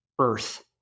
earth